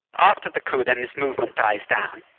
ah after the coup, then, this movement dies down,